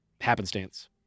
happenstance